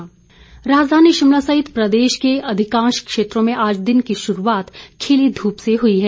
मौसम राजधानी शिमला सहित प्रदेश के अधिकांश क्षेत्रों में आज दिन की शुरूआत खिली धूप से हुई है